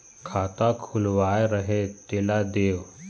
खाता खुलवाय रहे तेला देव?